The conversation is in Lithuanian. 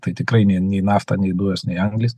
tai tikrai nei nei nafta nei dujos nei anglis